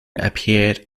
appeared